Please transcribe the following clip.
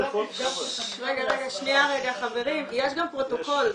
------ שניה חברים, יש גם פרוטוקול.